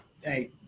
Hey